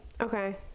Okay